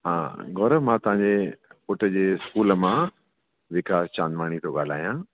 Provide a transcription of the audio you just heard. हा गौरव मां तव्हां जे पुट जे स्कूल मां विकास चांदवाणी थो ॻाल्हायां